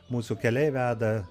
mūsų keliai veda